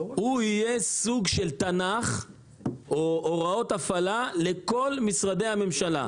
יהיה סוג של תנ"ך או הוראות הפעלה לכל משרדי הממשלה.